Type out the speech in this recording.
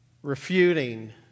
Refuting